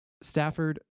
Stafford